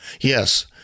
yes